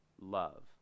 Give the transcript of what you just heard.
love